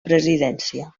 presidència